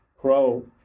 pro